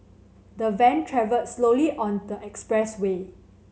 the van travelled slowly on the expressway